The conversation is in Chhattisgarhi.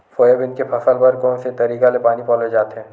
सोयाबीन के फसल बर कोन से तरीका ले पानी पलोय जाथे?